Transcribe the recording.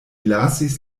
lasis